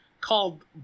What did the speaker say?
called